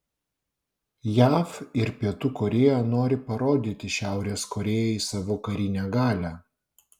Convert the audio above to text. jav ir pietų korėja nori parodyti šiaurės korėjai savo karinę galią